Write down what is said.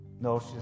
No